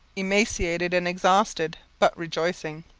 emaciated and exhausted, but rejoicing.